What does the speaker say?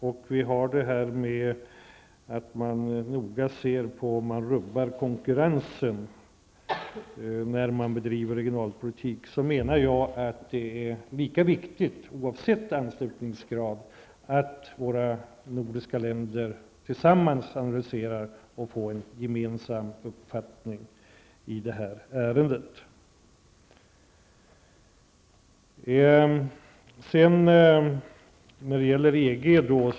Och man ser mycket noga på om konkurrensen rubbas när regionalpolitik bedrivs. Jag menar att det är lika viktigt, oavsett anslutningsgrad, att de nordiska länderna tillsammans analyserar och får en gemensam uppfattning i detta ärende.